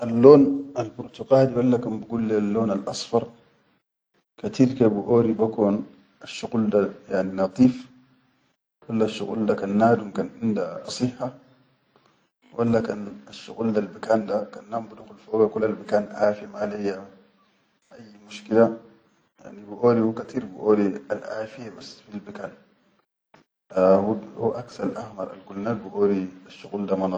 Allon alburtuqali walla kan bigulu le allon al-asfar kateer biʼori brkon asshuqul da yani nadif walla kan asshuqul da kan nadum kan inda sihha, asshuqul da albikan da kan nadum bidukhu foga kula albikan afe maleyya ayyi mushkila, yanibiʼori hu kateer biʼoril alafiye bas fil bikan hu aksal ahmar al gulna hu biʼori.